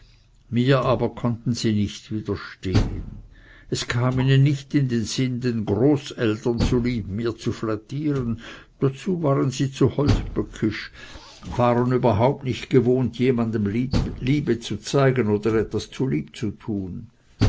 mir aber konnten sie nicht widerstehen es kam ihnen nicht in den sinn den großeltern zulieb mir zu flattieren dazu waren sie zu holzböckisch sie waren überhaupt nicht gewohnt jemand liebe zu zeigen oder etwas zulieb zu tun